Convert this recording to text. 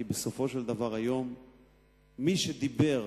כי בסופו של דבר, היום מי שדיבר